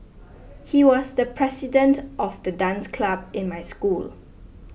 he was the president of the dance club in my school